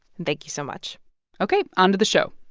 and thank you so much ok, onto the show